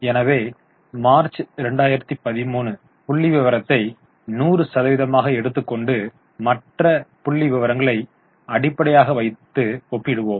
எனவே மார்ச் 2013 புள்ளிவிவரத்தை 100 சதவீதமாக எடுத்துக்கொண்டு மற்ற புள்ளிவிவரங்களை அடிப்படையாக வைத்து ஒப்பிடுவோம்